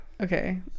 Okay